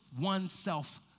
oneself